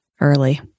early